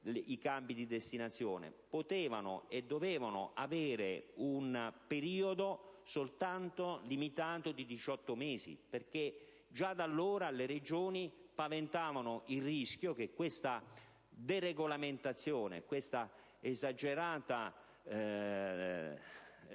i cambi di destinazione) poteva e doveva avere un periodo limitato a soli 18 mesi, perché già da allora le Regioni paventavano il rischio che questa deregolamentazione e questa esagerata